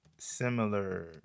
similar